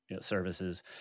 services